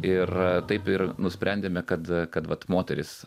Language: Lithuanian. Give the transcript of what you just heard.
ir taip ir nusprendėme kad kad vat moteris